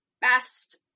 best